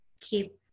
keep